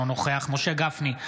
אינו נוכח משה גפני,